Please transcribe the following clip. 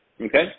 okay